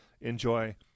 enjoy